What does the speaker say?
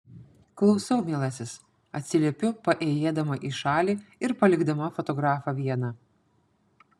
klausau mielasis atsiliepiu paėjėdama į šalį ir palikdama fotografą vieną